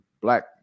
black